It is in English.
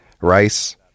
Rice